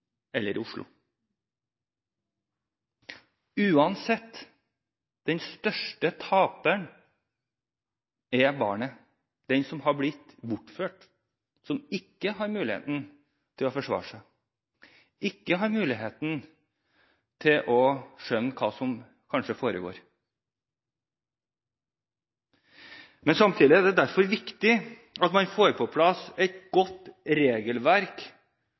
eller i Oslo. Uansett, den største taperen er barnet som har blitt bortført, som ikke har muligheten til å forsvare seg og kanskje ikke har muligheten til å skjønne hva som foregår. Derfor er det viktig at man får på plass et godt regelverk,